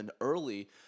early